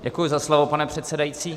Děkuji za slovo, pane předsedající.